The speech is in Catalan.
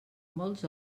molts